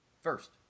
first